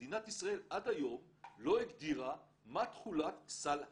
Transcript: מדינת ישראל עד היום לא הגדירה מה תכולת סל התלמיד,